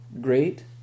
great